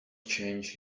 change